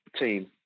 team